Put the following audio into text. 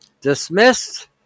dismissed